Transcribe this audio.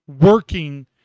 working